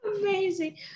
Amazing